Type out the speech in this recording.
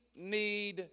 need